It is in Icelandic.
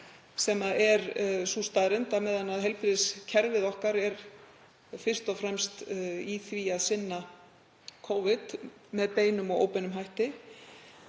sem er sú staðreynd að meðan heilbrigðiskerfið okkar er fyrst og fremst í því að sinna Covid með beinum og óbeinum hætti